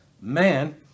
man